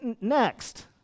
Next